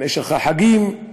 בחגים,